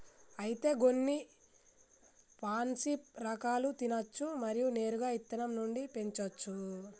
అయితే గొన్ని పాన్సీ రకాలు తినచ్చు మరియు నేరుగా ఇత్తనం నుండి పెంచోచ్చు